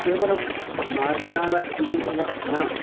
केवलं मार्जालः इत्येव न